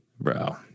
Bro